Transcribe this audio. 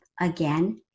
Again